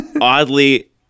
oddly